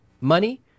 Money